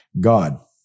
God